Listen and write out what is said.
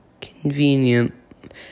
Convenient